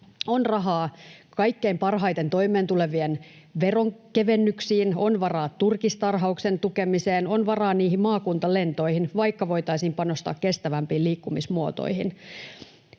On rahaa kaikkein parhaiten toimeentulevien veronkevennyksiin, on varaa turkistarhauksen tukemiseen, on varaa niihin maakuntalentoihin, vaikka voitaisiin panostaa kestävämpiin liikkumismuotoihin.